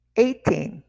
eighteen